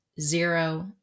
zero